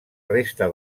resta